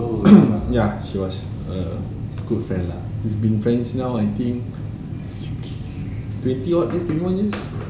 yeah she was a good friend lah we've been friends now I think twenty odd years twenty one years